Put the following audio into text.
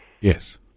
Yes